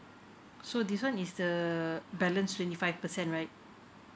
so this one is the balance twenty five percent right